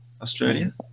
Australia